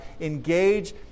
engage